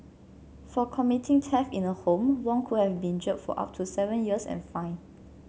for committing theft in a home Wong could have been jailed for up to seven years and fined